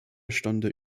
stunde